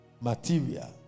Material